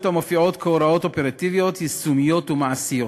המופיעות כהוראות אופרטיביות יישומיות ומעשיות.